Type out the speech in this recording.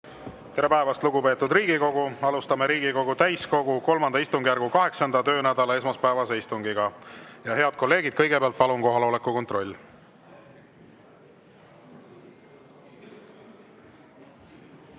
Tere päevast, lugupeetud Riigikogu! Alustame Riigikogu täiskogu III istungjärgu 8. töönädala esmaspäevast istungit. Head kolleegid, kõigepealt palun kohaloleku kontroll!